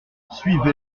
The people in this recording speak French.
suivez